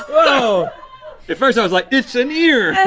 oh. at first i was like it's an ear.